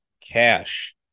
cash